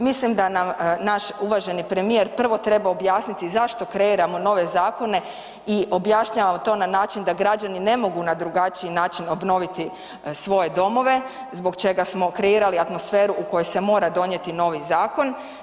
Mislim da nam naš uvaženi premijer prvo treba objasniti zašto kreiramo nove zakone i objašnjavamo to na način da građani ne mogu na drugačiji način obnoviti svoje domove, zbog čega smo kreirali atmosferu u kojoj se mora donijeti novi zakon.